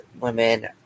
women